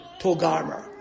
Togarmer